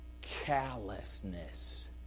Callousness